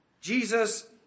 Jesus